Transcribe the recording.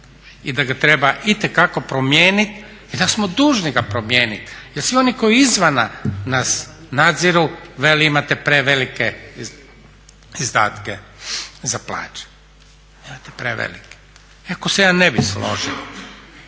i da ga treba itekako promijeniti i da smo dužni ga promijeniti, jer svi oni koji izvana nas nadziru veli imate prevelike izdatke za plaće, imate prevelike iako se ja ne bih složio